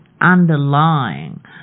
underlying